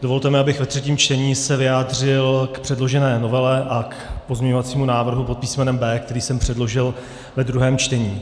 Dovolte mi, abych se ve třetím čtení vyjádřil k předložené novele a pozměňovacímu návrhu pod písmenem B, který jsem předložil ve druhém čtení.